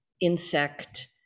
insect